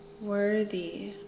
worthy